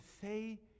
say